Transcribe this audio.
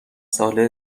ساله